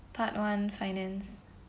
part one finance